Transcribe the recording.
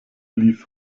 lief